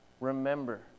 remember